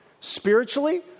spiritually